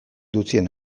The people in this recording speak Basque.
dioten